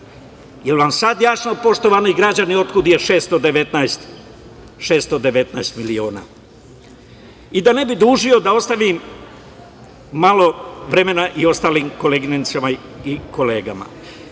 Jel vam sada jasno, poštovani građani, otkud 619 miliona? Da ne bi dužio, da ostavim malo vremena i ostalim koleginicama i kolegama,